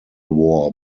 war